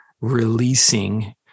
releasing